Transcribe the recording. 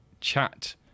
chat